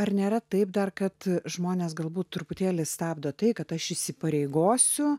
ar nėra taip dar kad žmonės galbūt truputėlį stabdo tai kad aš įsipareigosiu